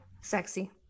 sexy